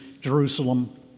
Jerusalem